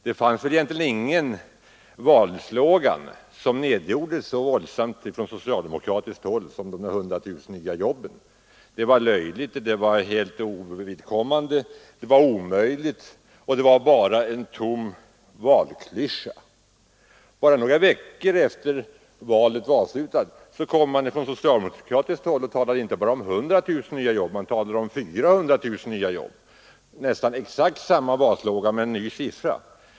Det fanns väl egentligen ingen valslogan som nedgjordes så våldsamt från socialdemokratiskt håll som den om de 100 000 jobben. Detta krav var löjligt, helt ovidkommande, omöjligt och bara en tom valklyscha. Endast några veckor efter valet talade man emellertid på socialdemokratiskt håll inte bara om 100 000 nya jobb utan om 400 000 nya jobb. Man använde alltså exakt samma slogan, bara med ett annat antal.